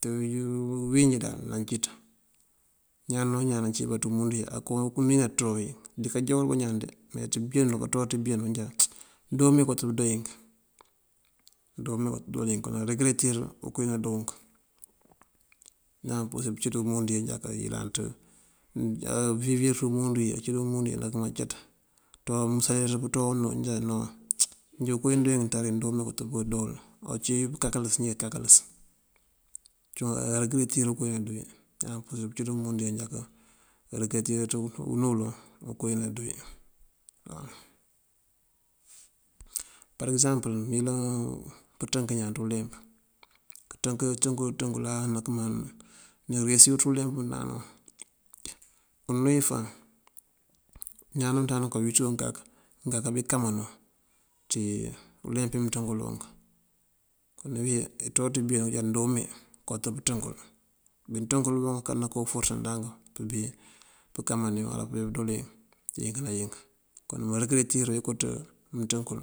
ţí bíwínjí dal nancíţ. Ñaan o ñaan nancí bá ţí umundu wí aká unu wi natowí dikajá wul bañaan de me ţí been nul kaţo ţí been nul nënjá undoomee kawut pëdoo yink andoomee kawut pëdoo yink. Kon arëgëretir ukoowí nandoonk. Ñaan purësirëţí kací ţí umundu wí nënjáka yëlanţ awibërir ţí umundu wí ací dí umundu wí anakëma caţ musalir pënţúwa unú nënjá noŋ njí koowí undook nţari njoomee kawët pëndoo wul. Ocí pënkakalës njí kakalës cíwun arëgëretir koowí nandoo wí. Ñaan purirëţ pëncí dí umundu wí ajáka rëgëretirëţ unú uloŋ koowí nandoo wí waw. Pareek ekësampël mëyëlan pënţënk ñaan dí uleemp kënţënk kënţënk kënţënkëla nënkëma nërewisir ţí uleemp umënţandana nun unúwi fáan ñaan namënţandana nun kawitee wun kak nënkakabí kamanu ţí uleemp wí mënţënkël wunk. Kon wí kënţúwa ţí beenu kënjá ndoomee kawët pënţënkël bí ţënkël bunk kawun naká uforësa ndank pëbí pënkamani uwala pëbí doolink inki ná ink. Kon mërëgëretir wekati mëţënkul.